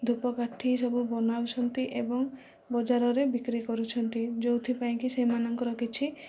ଧୂପକାଠି ସବୁ ବନାଉଛନ୍ତି ଏବଂ ବଜାରରେ ବିକ୍ରି କରୁଛନ୍ତି ଯେଉଁଥିପାଇଁ କି ସେହିମାନଙ୍କର କିଛି